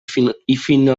finalitzarà